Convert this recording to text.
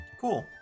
Cool